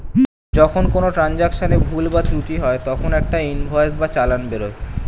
যখন কোনো ট্রান্জাকশনে ভুল বা ত্রুটি হয় তখন একটা ইনভয়েস বা চালান বেরোয়